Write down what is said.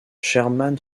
sherman